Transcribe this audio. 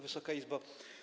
Wysoka Izbo!